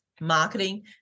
marketing